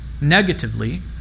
Negatively